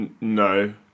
No